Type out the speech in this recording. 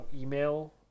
email